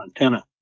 antenna